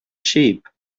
sheep